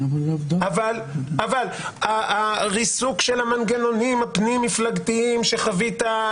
אבל הריסוק של המנגנונים הפנים-מפלגתיים שחווית,